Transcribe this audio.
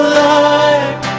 life